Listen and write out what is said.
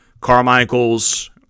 Carmichael's